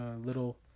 little